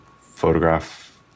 photograph